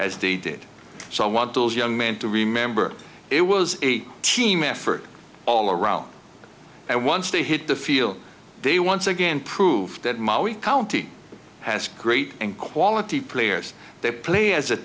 as they did so i want those young men to remember it was a team effort all around and once they hit the field they once again proved that my wee county has great and quality players they play as a